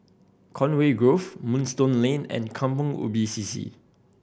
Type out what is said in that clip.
Conway Grove Moonstone Lane and Kampong Ubi C C